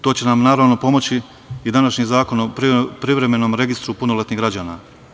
To će nam, naravno, pomoći i današnji Zakonom o privremenom registru punoletnih građana.